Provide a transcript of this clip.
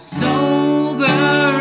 sober